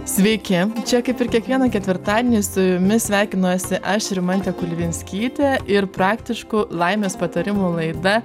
sveiki čia kaip ir kiekvieną ketvirtadienį su jumis sveikinuosi aš rimantė kulvinskytė ir praktiškų laimės patarimų laida